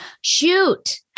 Shoot